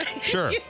Sure